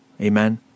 Amen